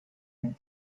and